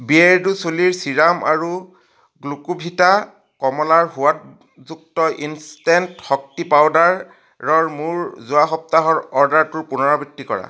বিয়েৰ্ডো চুলিৰ ছিৰাম আৰু গ্লুকোভিটা কমলাৰ সোৱাদযুক্ত ইনষ্টেণ্ট শক্তি পাউদাৰৰ মোৰ যোৱা সপ্তাহৰ অৰ্ডাৰটোৰ পুনৰাবৃত্তি কৰা